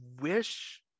wish